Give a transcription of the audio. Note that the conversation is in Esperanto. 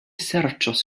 serĉos